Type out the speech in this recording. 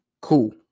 Cool